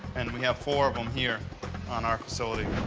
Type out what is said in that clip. and we have four of them here on our facility.